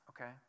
okay